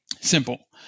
simple